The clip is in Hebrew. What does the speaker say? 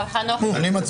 מי נמנע?